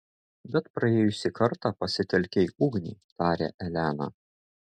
bet praėjusį kartą pasitelkei ugnį tarė elena